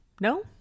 No